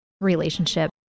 relationship